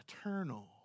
eternal